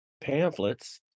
pamphlets